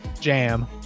jam